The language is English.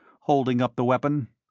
holding up the weapon.